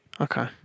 Okay